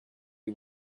you